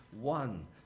one